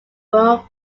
whom